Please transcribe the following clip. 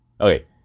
Okay